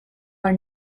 are